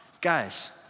Guys